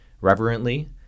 reverently